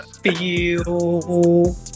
feel